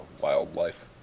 wildlife